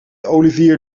olivier